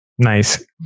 Nice